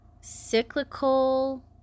cyclical